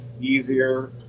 easier